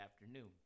afternoon